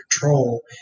control